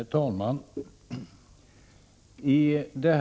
Herr talman!